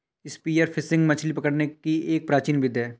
spear fishing मछली पकड़ने की एक प्राचीन विधि है